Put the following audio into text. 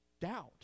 Doubt